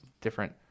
different –